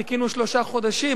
חיכינו שלושה חודשים,